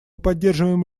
поддерживаем